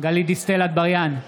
גלית דיסטל אטבריאן,